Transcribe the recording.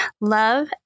love